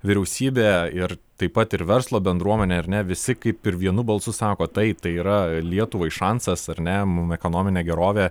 vyriausybė ir taip pat ir verslo bendruomenė ar ne visi kaip ir vienu balsu sako taip tai yra lietuvai šansas ar ne mum ekonominę gerovę